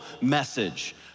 message